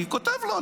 אני כתבתי לו,